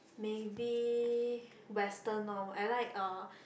maybe Western loh I like uh